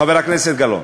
חבר הכנסת גלאון,